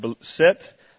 set